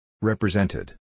Represented